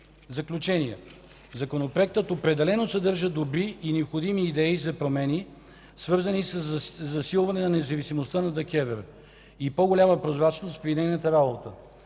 заключение, законопроектът определено съдържа добри и необходими идеи за промени, свързани със засилване на независимостта на ДКЕВР и по-голяма прозрачност при нейната работа.